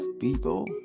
people